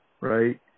right